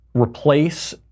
replace